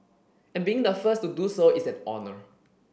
and being the first to do so is an honour